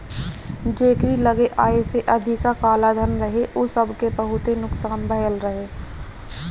जेकरी लगे आय से अधिका कालाधन रहे उ सबके बहुते नुकसान भयल रहे